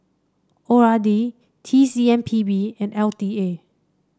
O R D T C M P B and L T A